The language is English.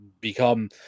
become